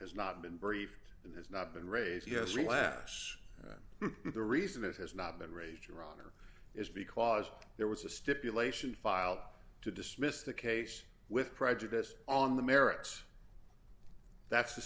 has not been briefed and has not been raised yes the last time that the reason it has not been raised your honor is because there was a stipulation filed to dismiss the case with prejudice on the merits that's the